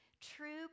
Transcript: true